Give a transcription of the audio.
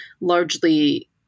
largely